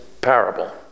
parable